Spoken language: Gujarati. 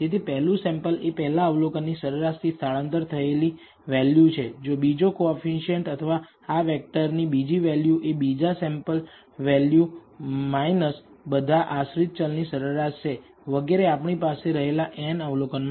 તેથી પહેલું સેમ્પલ એ પહેલા અવલોકનની સરેરાશથી સ્થળાંતર થયેલ વેલ્યુ છે બીજો કોએફીસીએંટ અથવા આ વેક્ટરની બીજી વેલ્યુ એ બીજી સેમ્પલ વેલ્યુ બધા આશ્રિત ચલ ની સરેરાશ છે વગેરે આપણી પાસે રહેલા n અવલોકન માટે